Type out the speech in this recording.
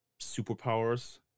superpowers